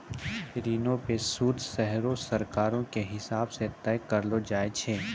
ऋणो पे सूद सेहो सरकारो के हिसाब से तय करलो जाय छै